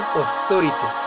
authority